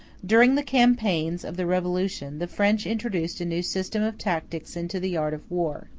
during the campaigns of the revolution the french introduced a new system of tactics into the art of war,